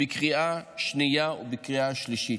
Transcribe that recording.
בקריאה שנייה ובקריאה שלישית.